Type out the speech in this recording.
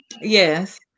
Yes